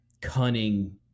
cunning